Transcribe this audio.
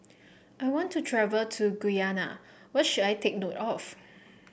I want to travel to Guyana what should I take note of